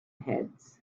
heads